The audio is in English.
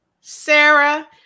Sarah